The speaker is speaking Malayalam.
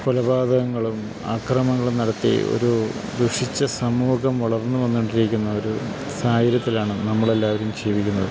കൊലപാതകങ്ങളും ആക്രമങ്ങളും നടത്തി ഒരു ദുഷിച്ച സമൂഹം വളർന്ന് വന്നുകൊണ്ടിരിക്കുന്ന സാഹര്യത്തിലാണ് നമ്മളെല്ലാവരും ജീവിക്കുന്നത്